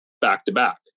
back-to-back